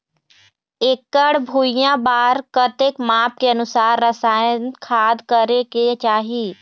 एकड़ भुइयां बार कतेक माप के अनुसार रसायन खाद करें के चाही?